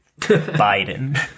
Biden